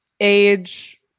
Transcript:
age